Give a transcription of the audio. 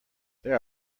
there